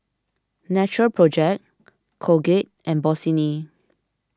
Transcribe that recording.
Natural Project Colgate and Bossini